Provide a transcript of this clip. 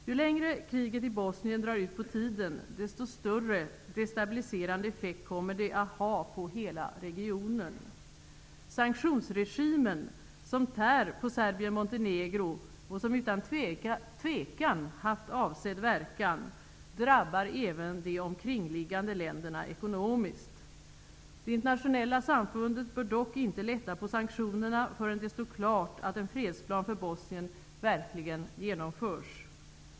Ju längre kriget i Bosnien drar ut på tiden, desto större destabiliserande effekt kommer det att ha på hela regionen. Sanktionsregimen, som tär på Serbien-Montenegro och som utan tvivel haft avsedd verkan, drabbar även de omkringliggande länderna ekonomiskt. Det internationella samfundet bör dock inte lätta på sanktionerna förrän det står klart att en fredsplan för Bosnien verkligen genomförs.